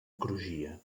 crugia